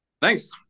Thanks